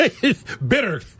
bitter